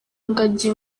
ngagi